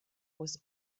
was